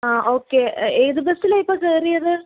ആ ഓക്കെ ഏത് ബസ്സിലാണ് ഇപ്പോൾ കയറിയത്